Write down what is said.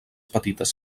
petites